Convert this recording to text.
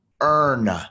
earn